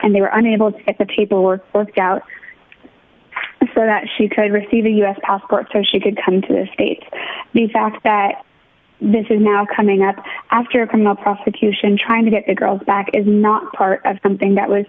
and they were unable to at the table or worked out so that she could receive a u s passport so she could come to this state the fact that this is now coming up after come the prosecution trying to get the girls back is not part of something that was